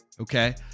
okay